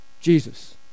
Jesus